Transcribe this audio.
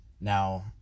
Now